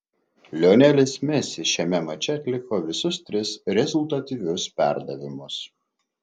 lionelis messi šiame mače atliko visus tris rezultatyvius perdavimus